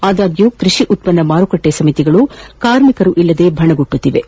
ಆದಾಗ್ಯೂ ಕೃಷಿ ಉತ್ವನ್ನ ಮಾರುಕಟ್ಟೆ ಸಮಿತಿಗಳು ಕಾರ್ಮಿಕರು ಇಲ್ಲದೆ ಬಣಗುಡುತಿದ್ದವು